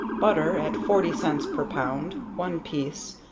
butter at forty cents per pound, one piece,